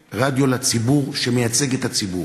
60 שניות שלמות